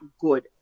good